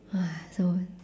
so